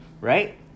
right